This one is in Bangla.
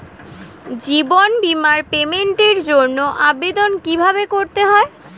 জীবন বীমার পেমেন্টের জন্য আবেদন কিভাবে করতে হয়?